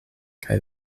kaj